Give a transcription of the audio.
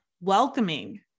welcoming